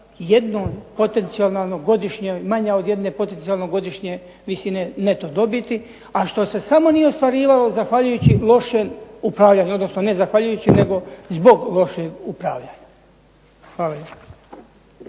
jednoj potencijalnoj godišnjoj, manja od jedne potencijalne godišnje visine neto dobiti, a što se samo nije ostvarivalo zahvaljujući lošem upravljanju, odnosno ne zahvaljujući nego zbog lošeg upravljanja. Hvala